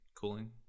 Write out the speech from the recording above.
cooling